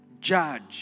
judge